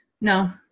No